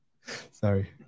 Sorry